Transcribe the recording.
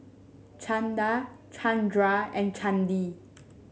Chanda Chandra and Chandi